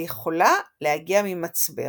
ויכולה להגיע ממצבר.